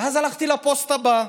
ואז הלכתי לפוסט הבא.